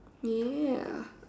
ya